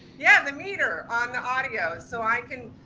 yeah, the meter on the audio. so i can,